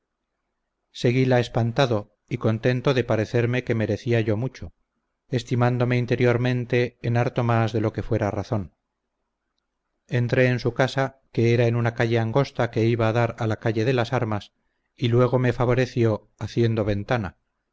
serlo seguila espantado y contento de parecerme que merecería yo mucho estimándome interiormente en harto más de lo que fuera razón entré en su casa que era en una calle angosta que iba a dar a la calle de las armas y luego me favoreció haciendo ventana